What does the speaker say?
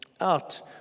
out